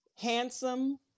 handsome